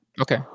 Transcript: Okay